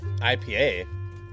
IPA